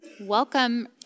welcome